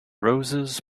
roses